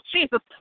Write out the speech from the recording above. Jesus